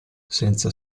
senza